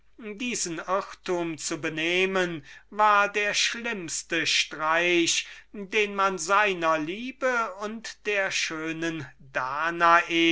diesen irrtum zu benehmen war der schlimmste streich den man seiner liebe und der schönen danae